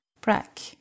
Brack